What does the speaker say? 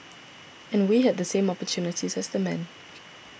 and we had the same opportunities as the men